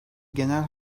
genel